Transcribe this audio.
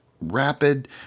rapid